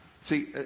See